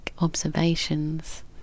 observations